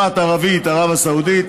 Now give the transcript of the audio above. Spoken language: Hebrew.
אחת ערבית, ערב הסעודית,